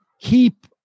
keep